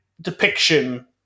depiction